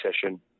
session